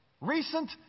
recent